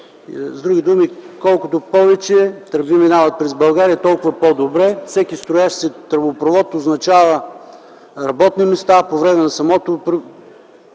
с други думи колкото повече тръби минават през България, толкова по добре. Всеки строящ се тръбопровод означава работни места, по време на самото